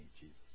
Jesus